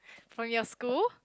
from your school